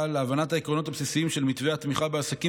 אבל הבנת העקרונות הבסיסיים של מתווה התמיכה בעסקים